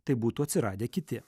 tai būtų atsiradę kiti